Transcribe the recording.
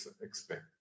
expect